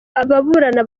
ababurana